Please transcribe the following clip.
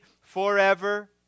forever